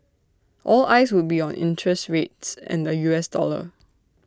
all eyes would be on interest rates and the U S dollar